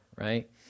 right